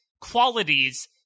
qualities